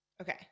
Okay